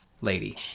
lady